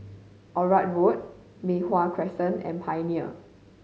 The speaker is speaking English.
Onraet Road Mei Hwan Crescent and Pioneer